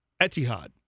Etihad